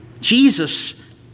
Jesus